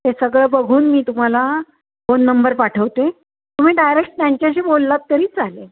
ते सगळं बघून मी तुम्हाला फोन नंबर पाठवते तुम्ही डायरेक्ट त्यांच्याशी बोललात तरी चालेल